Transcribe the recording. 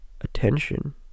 attention